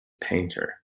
painter